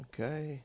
Okay